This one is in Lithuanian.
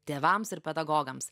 tėvams ir pedagogams